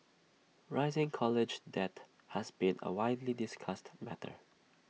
rising college debt has been A widely discussed matter